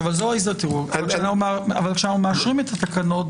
כשאנחנו מאשרים תקנות,